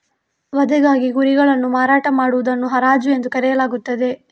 ವಧೆಗಾಗಿ ಕುರಿಗಳನ್ನು ಮಾರಾಟ ಮಾಡುವುದನ್ನು ಹರಾಜು ಎಂದು ಕರೆಯಲಾಗುತ್ತದೆ